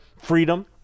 freedom